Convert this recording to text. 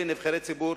אלה נבחרי ציבור,